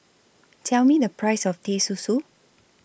Tell Me The Price of Teh Susu